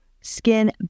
skin